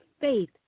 faith